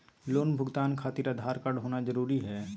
Loan भुगतान खातिर Aadhaar card होना जरूरी है?